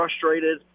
frustrated